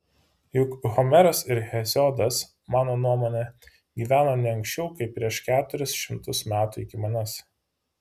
juk homeras ir heziodas mano nuomone gyveno ne anksčiau kaip prieš keturis šimtus metų iki manęs